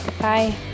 bye